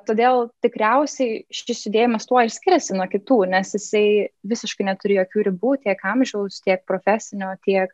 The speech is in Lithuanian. todėl tikriausiai šis judėjimas tuo ir skiriasi nuo kitų nes jisai visiškai neturi jokių ribų tiek amžiaus tiek profesinio tiek